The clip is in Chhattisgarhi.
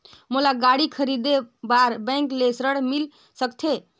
मोला गाड़ी खरीदे बार बैंक ले ऋण मिल सकथे?